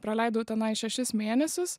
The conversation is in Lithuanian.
praleidau tenai šešis mėnesius